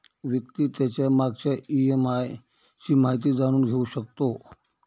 व्यक्ती त्याच्या मागच्या ई.एम.आय ची माहिती जाणून घेऊ शकतो